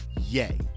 Yay